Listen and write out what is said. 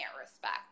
respect